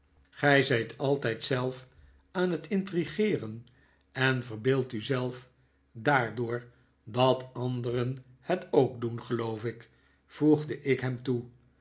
gij zijt altijd zelf aan het intrigeeren en verbeeldt u zelf daardoor dat anderen het ook doen geloof ik voegde ik hem toe